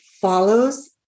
follows